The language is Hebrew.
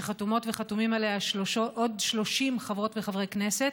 שחתומות וחתומים עליה עוד 30 חברות וחברי כנסת,